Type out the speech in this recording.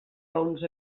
raons